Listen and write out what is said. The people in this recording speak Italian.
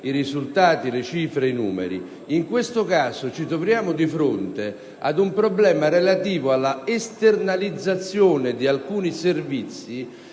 i risultati e i numeri. In questo caso, però, ci troviamo di fronte ad un problema relativo alla esternalizzazione di alcuni servizi